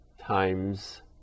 times